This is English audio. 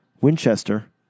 Winchester